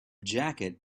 jacket